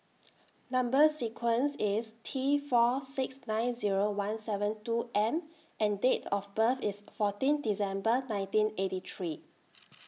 Number sequence IS T four six nine Zero one seven two M and Date of birth IS fourteen December nineteen eighty three